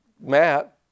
Matt